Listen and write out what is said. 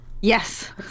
Yes